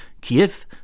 Kiev